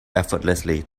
effortlessly